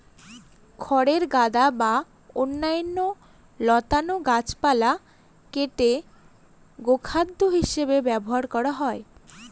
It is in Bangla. খড়ের গাদা বা অন্যান্য লতানো গাছপালা কেটে গোখাদ্য হিসাবে ব্যবহার করা হয়